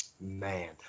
Man